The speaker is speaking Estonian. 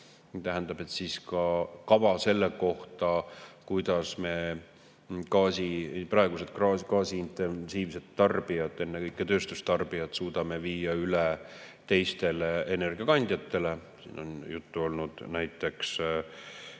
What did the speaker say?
tähendab kava selle kohta, kuidas me praegused gaasi intensiivselt tarbijad, ennekõike tööstustarbijad, suudame viia üle teistele energiakandjatele. Siin on juttu olnud näiteks